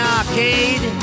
arcade